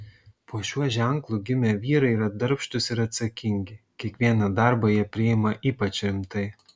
po šiuo ženklu gimę vyrai yra darbštūs ir atsakingi kiekvieną darbą jie priima ypač rimtai